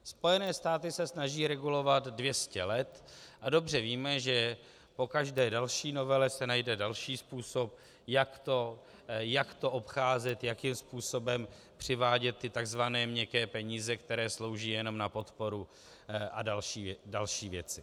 Spojené státy se snaží regulovat 200 let a dobře víme, že po každé další novele se najde další způsob, jak to obcházet, jakým způsobem přivádět ty tzv. měkké peníze, které slouží jenom na podporu, a další věci.